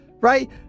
right